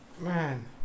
man